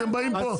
אתם באים לפה,